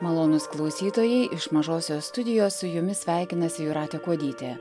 malonūs klausytojai iš mažosios studijos su jumis sveikinasi jūratė kuodytė